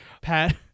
Pat